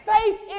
Faith